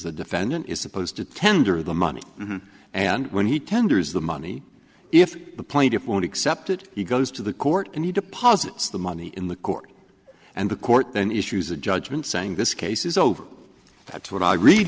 the defendant is supposed to tender the money and when he tenders the money if the plaintiff won't accept it he goes to the court and he deposits the money in the court and the court then issues a judgment saying this case is over that's what i read